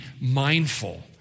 mindful